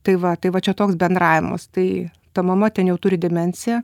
tai va tai va čia toks bendravimas tai ta mama ten jau turi demensiją